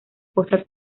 fosa